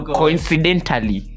coincidentally